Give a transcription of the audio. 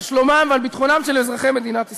על שלומם ועל ביטחונם של אזרחי מדינת ישראל.